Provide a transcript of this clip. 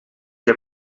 heb